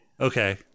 Okay